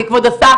כבוד השר,